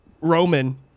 Roman